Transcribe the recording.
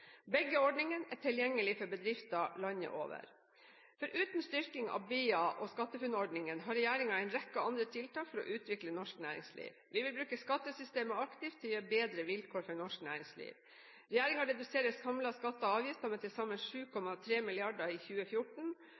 Begge ordningene er tilgjengelig for bedrifter landet over. Foruten styrking av BIA- og SkatteFUNN-ordningene har regjeringen en rekke andre tiltak for å utvikle norsk næringsliv. Vi vil bruke skattesystemet aktivt til å gi bedre vilkår for norsk næringsliv. Regjeringen reduserer samlede skatter og avgifter med til sammen 7,3 mrd. kr i 2014,